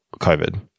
covid